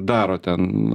daro ten